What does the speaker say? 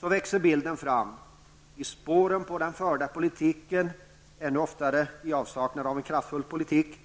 Så växer bilden fram -- i spåren på den förda politiken, ännu oftare i avsaknad av en kraftfull politik